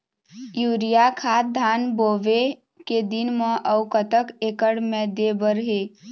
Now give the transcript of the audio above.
Urea खाद धान बोवे के दिन म अऊ कतक एकड़ मे दे बर हे?